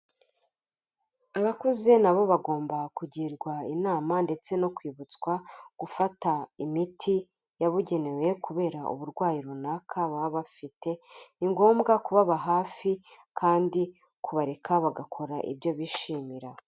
Abakozi nabo bagomba kugirwa inama ndetse no kwibutswa gufata imiti yabugenewe kubera uburwayi runaka baba bafite. Ni ngombwa kubaba hafi kandi kubareka bagakora ibyo bishimira.